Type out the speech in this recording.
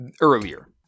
earlier